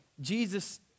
Jesus